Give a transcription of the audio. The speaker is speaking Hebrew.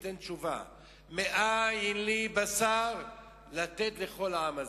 וייתן תשובה: מאין לי בשר לתת לכל העם הזה,